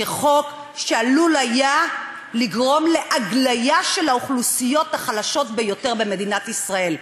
כחוק שעלול היה לגרום להגליה של האוכלוסיות החלשות ביותר במדינת ישראל,